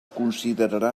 considerarà